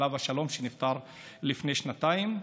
עליו השלום, שנפטר לפני שנתיים.